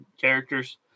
characters